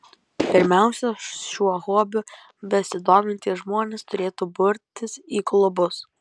pirmiausia šiuo hobiu besidomintys žmonės turėtų burtis į klubus